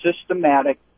systematic